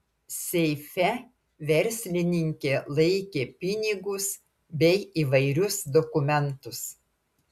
seife verslininkė laikė pinigus bei įvairius dokumentus